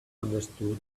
understood